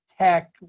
tech